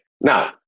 Now